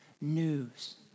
news